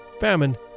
famine